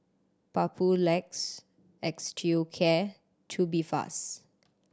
Papulex Osteocare Tubifast